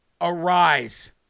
arise